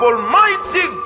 Almighty